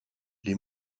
les